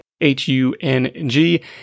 H-U-N-G